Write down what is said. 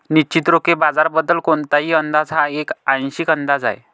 निश्चितच रोखे बाजाराबद्दल कोणताही अंदाज हा एक आंशिक अंदाज आहे